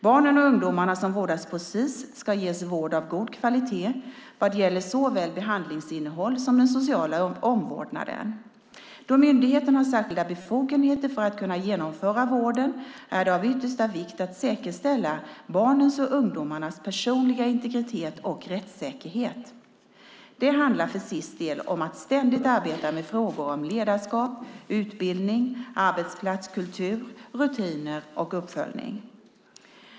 Barnen och ungdomarna som vårdas på Sis ska ges vård av god kvalitet vad gäller såväl behandlingsinnehåll som den sociala omvårdnaden. Då myndigheten har särskilda befogenheter för att kunna genomföra vården är det av yttersta vikt att säkerställa barnens och ungdomarnas personliga integritet och rättssäkerhet. Det handlar för Sis del om att ständigt arbeta med frågor om ledarskap, utbildning, arbetsplatskultur, rutiner och uppföljning.